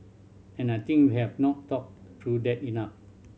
and I think we have not talked through that enough